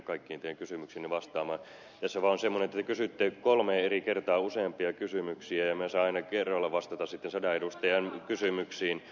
tässä on vain semmoinen tilanne että te kysytte kolmeen eri kertaan useampia kysymyksiä ja minä saan aina kerralla vastata sadan edustajan kysymyksiin